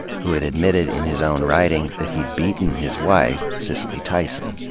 who had admitted in his own writing that he'd beaten his wife, cicely tyson.